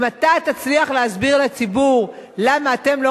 אם אתה תצליח להסביר לציבור למה אתם לא